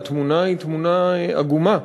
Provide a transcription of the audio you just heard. והתמונה היא תמונה עגומה.